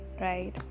right